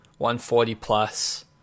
140-plus